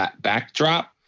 backdrop